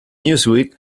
newsweek